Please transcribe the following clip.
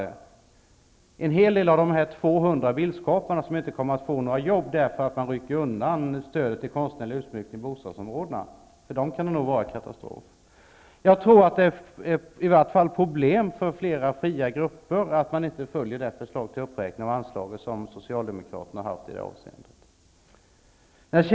För en hel del av de 200 bildskaparna som inte kommer att få några jobb därför att man rycker undan stödet till konstnärlig utsmyckning i bostadsområdena kan det nog vara en katastrof. I varje fall tror jag att det blir problem för flera fria grupper, om man inte räknar upp anslaget som socialdemokraterna har föreslagit.